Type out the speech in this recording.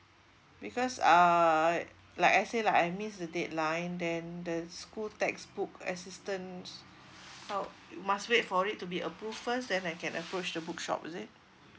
because uh like I say lah I miss the deadline then the school textbook assistants oh must wait for it to be approved first then I can approach the book shop is it